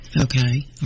Okay